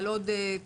אנחנו עוד לא שם.